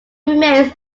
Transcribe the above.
remains